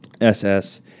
SS